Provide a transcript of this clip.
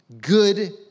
good